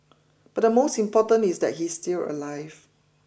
but the most important is that he is still alive